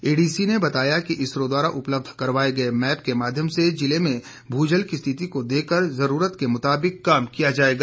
ADC ने बताया कि इसरो द्वारा उपलब्ध करवाए गए मैप के माध्यम से जिले में भूजल की स्थिति को देखकर जरूरत के मुताबिक काम किया जाएगा